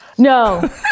No